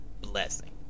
blessing